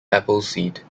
appleseed